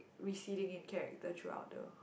receding in character throughout the